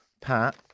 Pat